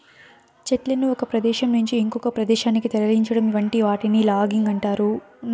చెట్లను ఒక ప్రదేశం నుంచి ఇంకొక ప్రదేశానికి తరలించటం వంటి వాటిని లాగింగ్ అంటారు